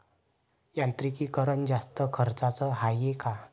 यांत्रिकीकरण जास्त खर्चाचं हाये का?